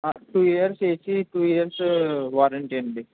ఆ two years AC two years warranty అండి